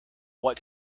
what